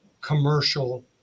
commercial